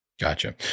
Gotcha